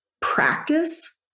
practice